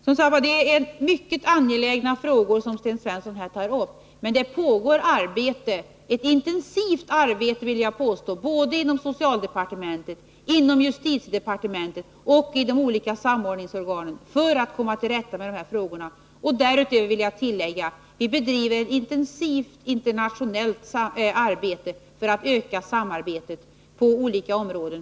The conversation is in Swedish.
Det är som sagt var mycket angelägna frågor Sten Svensson tar upp, men det pågår ett intensivt arbete inom både socialdepartementet och justitiedepartementet liksom i de olika samordningsorganen för att komma till rätta med de här problemen. Därutöver vill jag understryka att vi bedriver ett intensivt internationellt arbete för att öka samarbetet på olika områden.